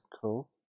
cool